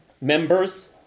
Members